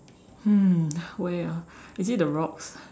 hmm where ah is it the rocks